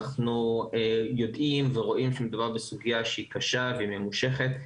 אנחנו יודעים ורואים שמדובר בסוגיה שהיא קשה והיא ממושכת.